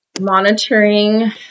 monitoring